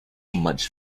much